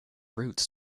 routes